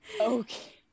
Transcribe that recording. Okay